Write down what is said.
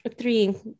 Three